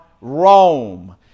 Rome